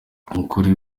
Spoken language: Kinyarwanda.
kuri